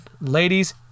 ladies